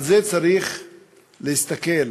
על זה צריך להסתכל,